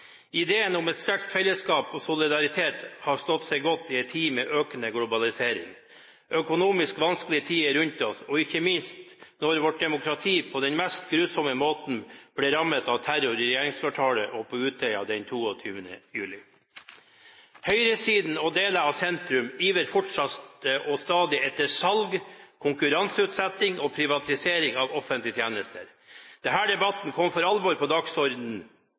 Ideen om et sterkt fellesskap og solidaritet har stått seg godt i en tid med økende globalisering, økonomisk vanskelige tider rundt oss, ikke minst da vårt demokrati på den mest grusomme måten ble rammet av terror i regjeringskvartalet og på Utøya den 22. juli. Høyresiden og deler av sentrum ivrer stadig etter salg, konkurranseutsetting og privatisering av offentlige tjenester. Denne debatten kom for alvor på